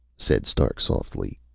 said stark softly,